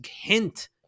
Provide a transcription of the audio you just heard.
hint